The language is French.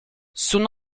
son